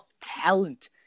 talent